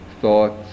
thoughts